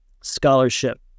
scholarship